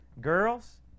girls